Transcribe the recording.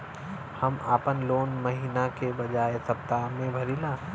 हम आपन लोन महिना के बजाय सप्ताह में भरीला